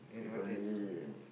if only